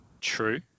true